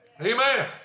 amen